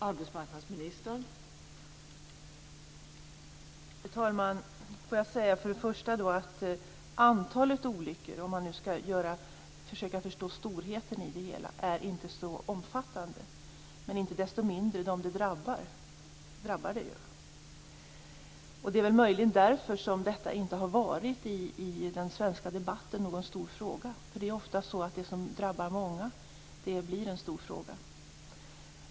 Fru talman! För att man skall kunna försöka förstå storheten i det hela vill jag säga att antalet olyckor inte är så omfattande. Men dem det drabbar, drabbar det ju. Det är möjligen därför som detta inte har varit någon stor fråga i den svenska debatten. Det är ofta så att det som drabbar många blir en stor fråga.